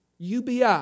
UBI